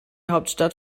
hauptstadt